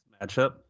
matchup